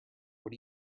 what